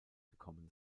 gekommen